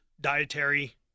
Dietary